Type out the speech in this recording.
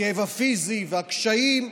הכאב הפיזי והקשיים,